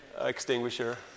extinguisher